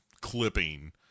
clipping